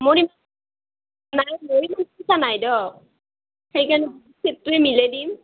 মোৰ ইমান নাই মোৰ ইমান পইচা নাই দক সেই কাৰণে বাতি চেটটোৱে মিলাই দিম